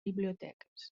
biblioteques